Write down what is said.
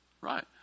right